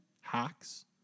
hacks